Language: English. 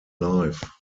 life